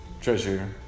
treasure